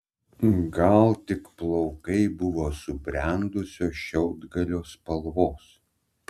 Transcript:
gal tik plaukai buvo subrendusio šiaudgalio spalvos